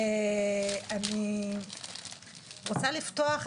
אני רוצה לפתוח,